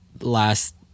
last